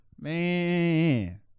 Man